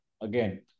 Again